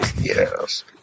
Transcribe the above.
Yes